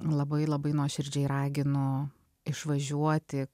labai labai nuoširdžiai raginu išvažiuoti